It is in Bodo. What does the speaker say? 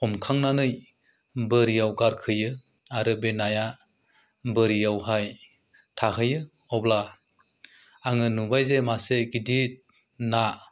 हमखांनानै बोरियाव गारखोयो आरो बे नाया बोरियावहाय थाहैयो अब्ला आङो नुबायजे मासे गिदिर ना